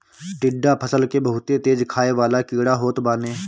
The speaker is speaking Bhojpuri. टिड्डा फसल के बहुते तेज खाए वाला कीड़ा होत बाने